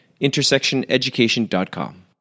intersectioneducation.com